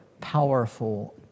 powerful